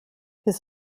his